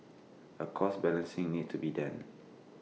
A cost balancing needs to be done